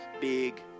big